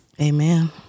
Amen